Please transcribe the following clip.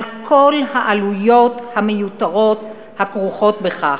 על כל העלויות המיותרות הכרוכות בכך.